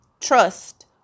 trust